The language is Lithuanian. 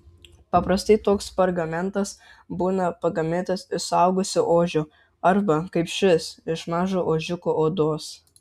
paprastai toks pergamentas būna pagamintas iš suaugusio ožio arba kaip šis iš mažo ožiuko odos